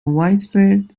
widespread